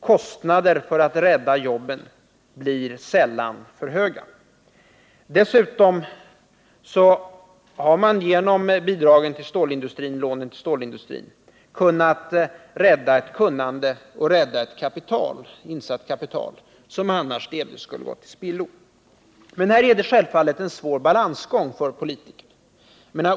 Kostnaden för att klara jobben blir sällan för hög. Dessutom har man genom lånen till stålindustrin kunnat rädda ett kunnande och ett insatt kapital, som annars delvis skulle ha gått till spillo. Men här är det självfallet en svår balansgång för politikerna.